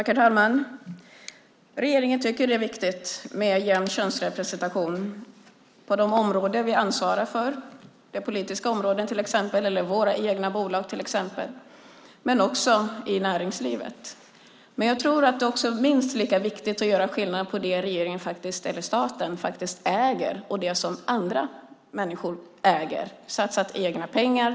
Herr talman! Regeringen tycker att det är viktigt med en jämn könsrepresentation på de områden som vi ansvarar för, till exempel på det politiska området och i våra egna bolag, men också i näringslivet. Men jag tror att det är minst lika viktigt att göra skillnad på det som staten äger och det som andra människor äger och har satsat egna pengar i.